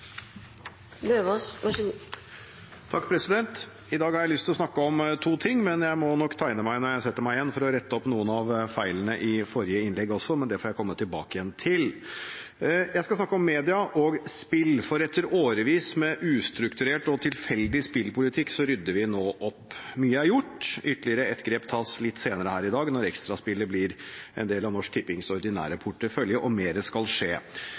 I dag har jeg lyst til å snakke om to ting, men jeg må nok tegne meg når jeg setter meg igjen, for å rette opp noen av feilene i forrige innlegg også – men det får jeg komme tilbake til. Jeg skal snakke om media og spill, for etter årevis med ustrukturert og tilfeldig spillpolitikk rydder vi nå opp. Mye er gjort, ytterligere ett grep tas litt senere her i dag, når Extra-spillet blir en del av Norsk Tippings ordinære portefølje, og mer skal skje.